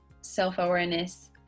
self-awareness